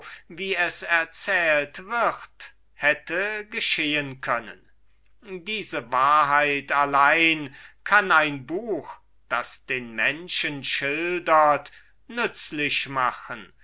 wie es erzählt wird hätte geschehen können oder noch einmal wirklich geschehen werde diese wahrheit allein kann werke von dieser art nützlich machen